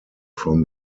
from